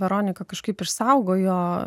veronika kažkaip išsaugojo